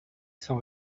sans